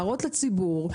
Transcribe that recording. להראות לציבור,